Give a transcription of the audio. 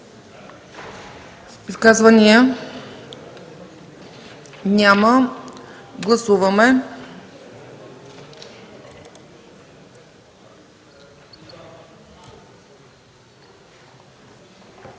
Изказвания? Няма. Гласуваме.